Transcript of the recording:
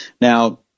Now